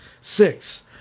Six